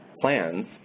plans